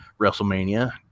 WrestleMania